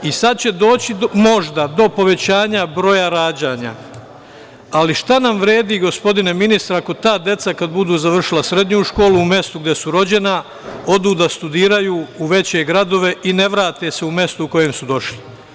I sad će doći možda do povećanja broja rađanja, ali šta nam vredi, gospodine ministre, ako ta deca, kada budu završila srednju školu u mestu gde su rođena odu da studiraju u veće gradove i ne vrate se u mestu u kojem su došli?